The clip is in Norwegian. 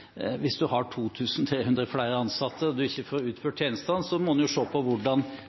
Hvis en har 2 300 flere ansatte og en ikke får utført tjenestene, betyr det at en må se på hvordan